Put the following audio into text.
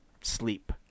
sleep